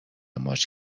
ماچ